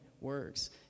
works